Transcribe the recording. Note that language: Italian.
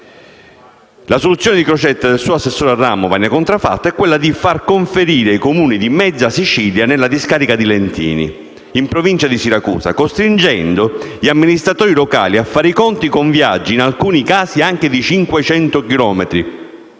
La soluzione di Crocetta e del suo assessore al ramo, Vania Contrafatto, è quella di far conferire i Comuni di mezza Sicilia nella discarica di Lentini, in Provincia di Siracusa, costringendo gli amministratori locali a fare i conti con viaggi in alcuni casi anche di 500 chilometri